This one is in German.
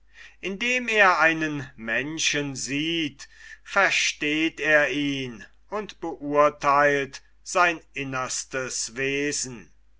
indem er einen menschen sieht versteht er ihn und beurtheilt sein innerstes wesen